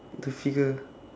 the figure